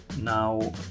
Now